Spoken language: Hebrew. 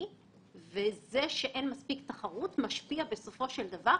לעסקים קטנים ובינוניים ובאופן ספציפי לבדיקות הרשות